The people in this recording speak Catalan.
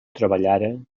treballara